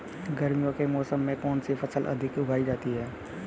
गर्मियों के मौसम में कौन सी फसल अधिक उगाई जाती है?